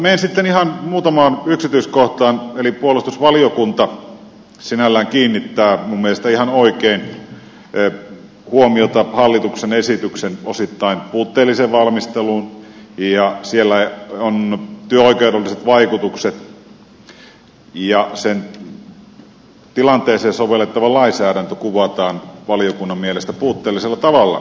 menen sitten ihan muutamaan yksityiskohtaan eli puolustusvaliokunta sinällään kiinnittää minun mielestäni ihan oikein huomiota hallituksen esityksen osittain puutteelliseen valmisteluun ja siellä on työoikeudelliset vaikutukset ja tilanteeseen sovellettava lainsäädäntö kuvataan valiokunnan mielestä puutteellisella tavalla